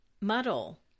muddle